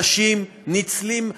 אנשים ניצלים,